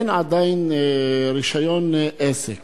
אין עדיין רשיון עסק